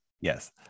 yes